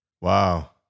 wow